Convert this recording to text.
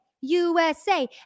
usa